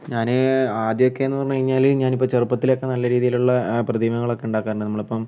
ഞാൻ ആദ്യമൊക്കെന്ന് പറഞ്ഞ് കഴിഞ്ഞാൽ ഞാനിപ്പം ചെറുപ്പത്തിലൊക്കെ നല്ല രീതിയിലുള്ള പ്രതിമകളക്കെ ഉണ്ടാക്കാറുണ്ട്